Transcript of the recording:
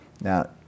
Now